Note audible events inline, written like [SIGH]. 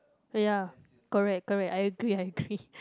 uh ya correct correct I agree I agree [LAUGHS]